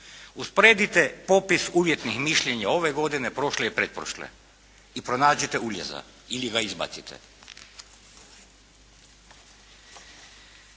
Usporedite popis uvjetnih mišljenja ove godine, prošle i pretprošle i pronađite uljeza ili ga izbacite.